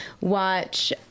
watch